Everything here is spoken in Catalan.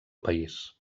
país